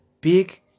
big